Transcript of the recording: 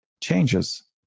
changes